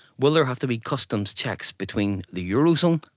will there have to be customs checks between the eurozone,